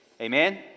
Amen